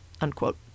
unquote